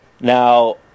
now